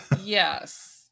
Yes